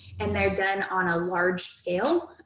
and they're done on a large scale,